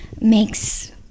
makes